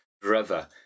brother